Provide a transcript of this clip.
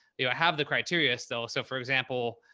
they don't have the criteria still. so for example,